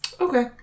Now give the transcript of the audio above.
Okay